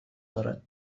دارد